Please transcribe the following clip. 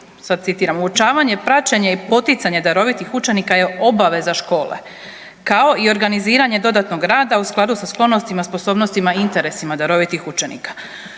uočavanje i praćenje i poticanje darovitih učenika je obaveza škole kao i organiziranje dodatnog rada u skladu sa sklonostima, sposobnostima i interesima darovitih učenika.